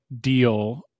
deal